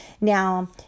Now